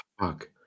fuck